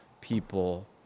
people